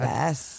Yes